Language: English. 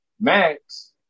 Max